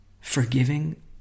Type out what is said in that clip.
forgiving